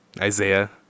Isaiah